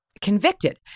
convicted